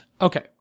Okay